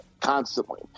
constantly